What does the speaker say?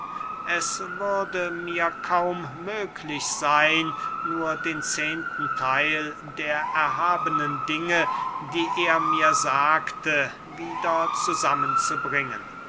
es würde mir kaum möglich seyn nur den zehnten theil der erhabenen dinge die er mir sagte wieder zusammen zu bringen